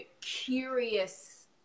curious